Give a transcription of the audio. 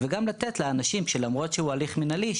וגם למרות שזה הליך מינהלי,